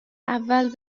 اول